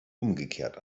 umgekehrt